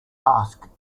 ask